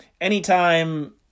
anytime